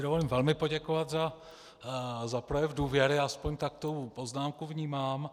Dovolím si velmi poděkovat za projev důvěry, aspoň tak tu poznámku vnímám.